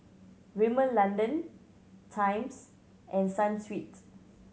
Rimmel London Times and Sunsweet